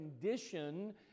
condition